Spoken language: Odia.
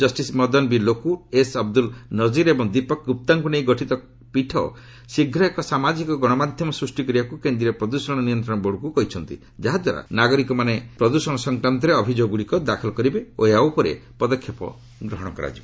justice Madan B Lokur S Abdul ନିକିର୍ ଏବଂ ଦୀପକ୍ ଗୁପ୍ତାଙ୍କୁ ନେଇ ଗଠିତ ପୀଠ ଶୀଘ୍ର ଏକ ସାମାଜିକ ଗଣମାଧ୍ୟମ ସୃଷ୍ଟି କରିବାକୁ କେନ୍ଦ୍ରୀୟ ପ୍ରଦ୍ଷଣ ନିୟନ୍ତ୍ରଣ ବୋର୍ଡ଼କୁ କହିଛନ୍ତି ଯାହାଦ୍ୱାରା ନାଗରିକମାନେ ପ୍ରଦ୍ଷଣ ସଂକ୍ରାନ୍ତରେ ଅଭିଯୋଗଗୁଡ଼ିକ ଦାଖଲ କରିବେ ଓ ଏହା ଉପରେ ପଦାକ୍ଷେପ ଗ୍ରହଣ କରାଯିବ